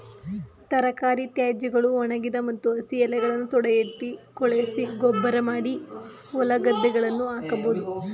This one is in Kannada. ತರಕಾರಿ ತ್ಯಾಜ್ಯಗಳು, ಒಣಗಿದ ಮತ್ತು ಹಸಿ ಎಲೆಗಳನ್ನು ತೊಟ್ಟಿಯಲ್ಲಿ ಕೊಳೆಸಿ ಗೊಬ್ಬರಮಾಡಿ ಹೊಲಗದ್ದೆಗಳಿಗೆ ಹಾಕಬೋದು